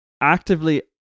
actively